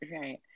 right